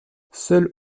seul